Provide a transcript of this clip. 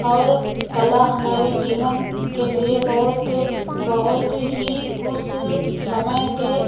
और कला हमारे जीवन के लिए बहुत बहुत ही उस समय के